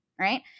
Right